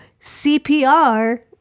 CPR